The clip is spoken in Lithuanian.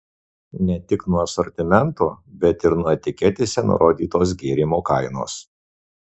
ne tik nuo asortimento bet ir nuo etiketėse nurodytos gėrimo kainos